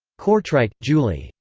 courtwright, julie.